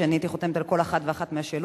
שאני הייתי חותמת על כל אחת ואחת מהן,